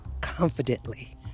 confidently